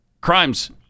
crimes